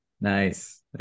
Nice